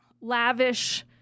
lavish